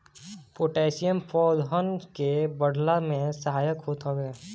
potassium पौधन के बढ़ला में सहायक होत हवे